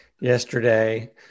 yesterday